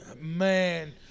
Man